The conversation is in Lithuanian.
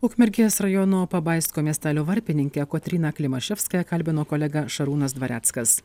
ukmergės rajono pabaisko miestelio varpininkę kotryną klimaševskają kalbino kolega šarūnas dvareckas